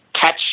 catch